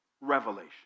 revelation